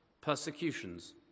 persecutions